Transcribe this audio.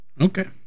Okay